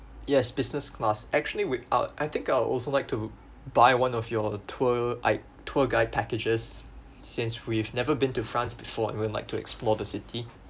yes business class actually we uh I think I'll also like to buy one of your tour i~ tour guide packages since we've never been to france before we'll like to explore the city